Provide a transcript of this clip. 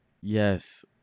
yes